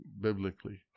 biblically